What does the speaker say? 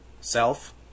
self